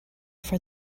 for